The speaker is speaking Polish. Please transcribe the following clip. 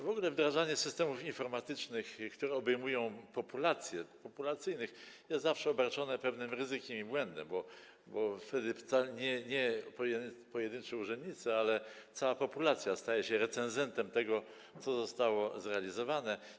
W ogóle wdrażanie systemów informatycznych, które obejmują populację, populacyjnych, jest zawsze obarczone pewnym ryzykiem i błędem, bo wtedy nie pojedynczy urzędnicy, ale cała populacja staje się recenzentem tego, co zostało zrealizowane.